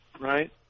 right